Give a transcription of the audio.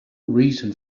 reason